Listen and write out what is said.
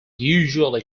usually